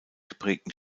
geprägten